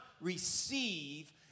receive